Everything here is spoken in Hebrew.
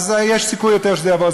אז יש יותר סיכוי שזה יעבור.